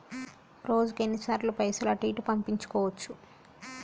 రోజుకు ఎన్ని సార్లు పైసలు అటూ ఇటూ పంపించుకోవచ్చు?